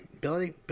Billy